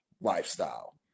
lifestyle